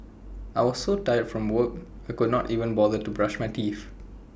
I was so tired from work I could not even bother to brush my teeth